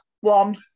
One